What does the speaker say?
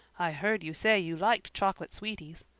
i heard you say you liked chocolate sweeties,